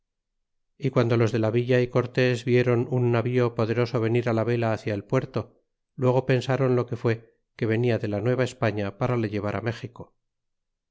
y guando los de la villa y cortés vieron un navío poderoso venir la vela hacia el puerto luego pensron lo que fue que venia de la nueva españa para le llevar á méxico